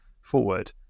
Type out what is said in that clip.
forward